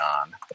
on